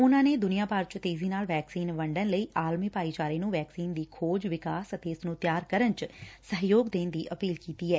ਉਨੂਾ ਨੇ ਦੁਨੀਆਂ ਭਰ ਚ ਤੇਜ਼ੀ ਨਾਲ ਵੈਕਸੀਨ ਵੰਡਣ ਲਈ ਆਲਮੀ ਭਾਈਚਾਰੇ ਨੂੰ ਵੈਕਸੀਨ ਦੀ ਖੋਜ ਵਿਕਾਸ ਅਤੇ ਇਸ ਨੁੰ ਤਿਆਰ ਕਰਨ ਚ ਸਹਿਯੋਗ ਦੇਣ ਦੀ ਅਪੀਲ ਕੀਤੀ ਐ